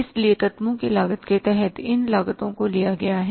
इसलिए तत्वों की लागत के तहत इन लागतों को लिया गया है